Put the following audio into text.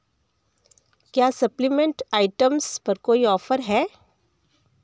क्या supplement items पर कोई ऑफर है